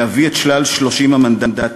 להביא את שלל 30 המנדטים.